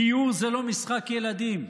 גיור זה לא משחק ילדים,